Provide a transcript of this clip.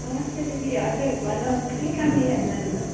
नमस्ते दिदी हजुर भन्नुहोस् के कामले याद गर्नुभयो